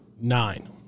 Nine